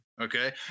Okay